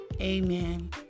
Amen